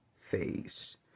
face